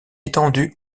étendu